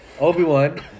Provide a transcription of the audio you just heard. Obi-Wan